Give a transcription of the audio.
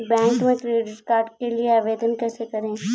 Bank में credit card के लिए आवेदन कैसे करें?